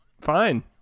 fine